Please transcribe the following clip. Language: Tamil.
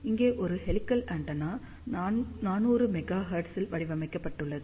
இங்கே ஒரு ஹெலிகல் ஆண்டெனா 400 மெகா ஹெர்ட்ஸ் ல் வடிவமைக்கப்பட்டுள்ளது